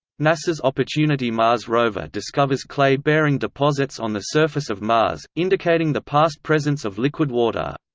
nasa's opportunity mars rover discovers clay-bearing deposits on the surface of mars, indicating the past presence of liquid water.